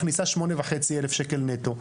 מכניסה שמונה וחצי אלף שקל נטו.